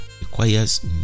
requires